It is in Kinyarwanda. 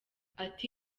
ati